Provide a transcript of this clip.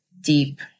deep